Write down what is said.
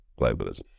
globalism